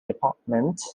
apartment